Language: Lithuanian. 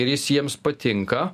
ir jis jiems patinka